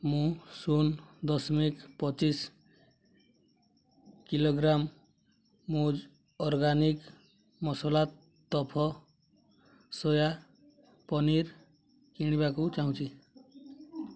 ମୁଁ ଶୂନ ଦଶମିକ ପଚିଶ କିଲୋଗ୍ରାମ୍ ମୂଜ ଅର୍ଗାନିକ୍ ମସଲା ତୋଫ ସୋୟା ପନିର୍ କିଣିବାକୁ ଚାହୁଁଛି